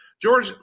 George